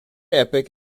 epoch